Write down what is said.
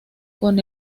con